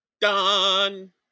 Done